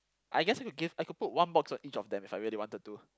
I guess we could give I could put one box on each of them if I really wanted to